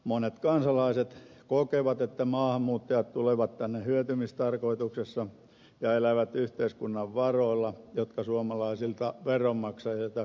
monet kansalaiset kokevat että maahanmuuttajat tulevat tänne hyötymistarkoituksessa ja elävät yhteiskunnan varoilla jotka suomalaisilta veronmaksajilta kerätään